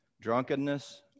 Drunkenness